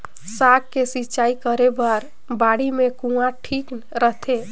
साग के सिंचाई करे बर बाड़ी मे कुआँ ठीक रहथे?